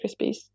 Krispies